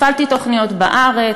הפעלתי תוכניות בארץ,